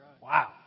Wow